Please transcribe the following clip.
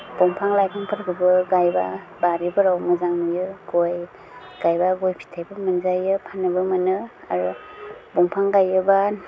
दंफां लाइफांफोरखौबो गायबा बारिफोराव मोजां नुयो गय गायबाबो फिथाइफोर मोनजायो फान्नोबो मोनो आरो दंफां गायोबा